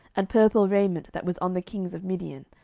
and purple raiment that was on the kings of midian,